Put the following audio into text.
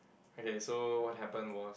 okay so what happen was